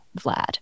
Vlad